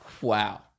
wow